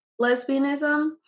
lesbianism